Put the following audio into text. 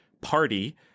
party